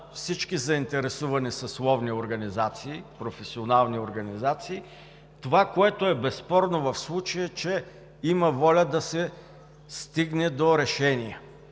всички заинтересовани съсловни организации – професионални организации, безспорното в случая е, че има воля да се стигне до решение.